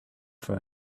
for